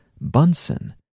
Bunsen